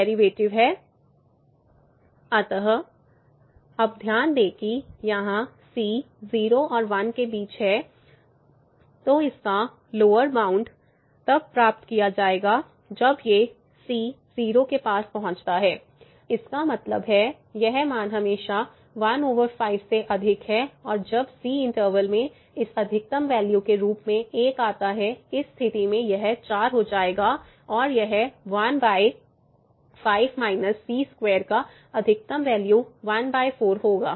derivative है 15 x2 अतः fc15 c2 अब ध्यान दें कि यहाँ c 0 और 1 के बीच है तो इसका लोअर बाउण्ड 15 c2 तब प्राप्त किया जाएगा जब ये c 0 के पास पहुंचता है इसका मतलब है यह मान हमेशा 15 से अधिक है और जब c इंटर्वल में इस अधिकतम वैल्यू के रूप में 1 आता है इस स्थिति में यह 4 हो जाएगा और यह 1 का अधिकतम वैल्यू ¼ होगा